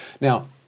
Now